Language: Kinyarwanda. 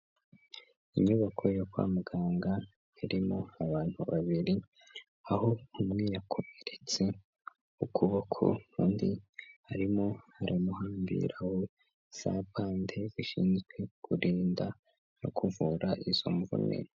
Inyubako yo kwa muganga, irimo abantu babiri, aho umwe yakomeretse ukuboko, undi arimo aramuhambiraho zabande zishinzwe kurinda no kuvura izo mvune.